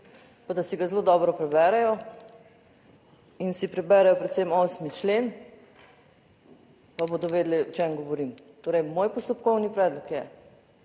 pa da si ga zelo dobro preberejo in si preberejo predvsem 8. člen, pa bodo vedeli o čem govorim. Torej moj postopkovni predlog je,